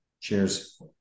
Cheers